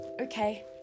okay